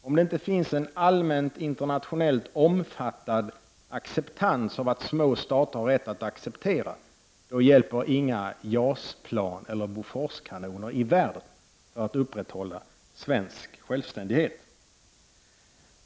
Om det inte finns en allmänt internationellt omfattad acceptans av små staters rätt att bli accepterade, då hjälper inga JAS-plan eller Boforskanoner i världen för att upprätthålla svensk självständighet.